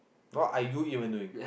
what are you even doing